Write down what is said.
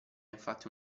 infatti